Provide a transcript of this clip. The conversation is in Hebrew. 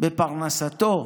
בפרנסתו,